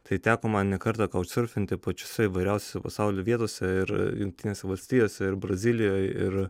tai teko man ne kartą kautšsurfinti pačiose įvairiausiose pasaulio vietose ir jungtinėse valstijose ir brazilijoj ir